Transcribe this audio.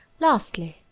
lastly,